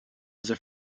also